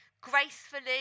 gracefully